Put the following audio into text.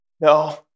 No